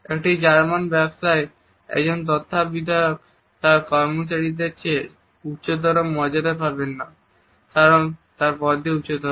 একটি জার্মান ব্যবসায় একজন তত্ত্বাবধায়ক তার কর্মচারীদের চেয়ে উচ্চতর মর্যাদা পাবেন না কারণ তার পদটি উচ্চতর